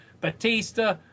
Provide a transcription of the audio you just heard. Batista